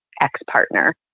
ex-partner